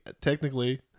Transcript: Technically